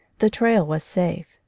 the trail was safe,